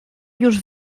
już